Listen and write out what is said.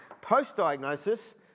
Post-diagnosis